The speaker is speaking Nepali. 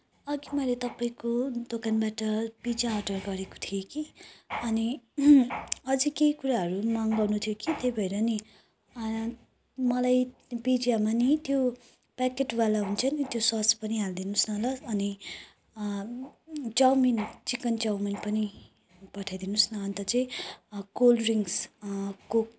अघि मैले तपाईँको दोकानबाट पिज्जा अर्डर गरेको थिएँ कि अनि अझै केही कुराहरू माग गर्नु थियो कि त्यही भएर नि मलाई पिज्जामा नि त्यो प्याकेट वाला हुन्छ नि त्यो सस पनि हालिदिनु होस् ल अनि चाउमिन चिकन चाउमिन पनि पठाइदिनु होस् न अन्त चाहिँ कोल्ड ड्रिङ्क्स कोक